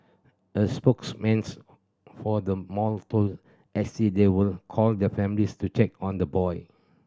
a spokesman's for the mall told S T they will call the families to check on the boy